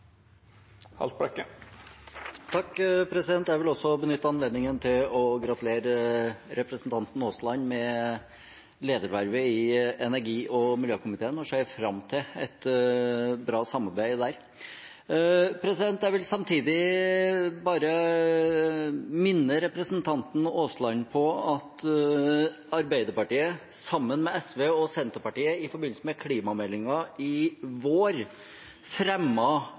Jeg vil også benytte anledningen til å gratulere representanten Aasland med ledervervet i energi- og miljøkomiteen og ser fram til et bra samarbeid der. Jeg vil samtidig minne representanten Aasland på at Arbeiderpartiet, sammen med SV og Senterpartiet, i forbindelse med klimameldingen i vår